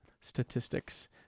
statistics